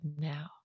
now